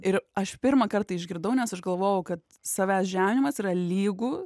ir aš pirmą kartą išgirdau nes aš galvojau kad savęs žeminimas yra lygu